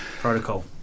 Protocol